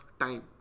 time